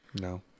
No